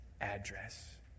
address